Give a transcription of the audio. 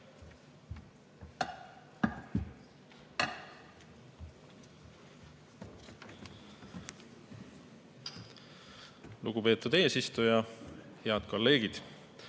Lugupeetud eesistuja! Head kolleegid!